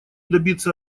добиться